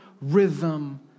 rhythm